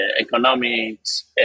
economics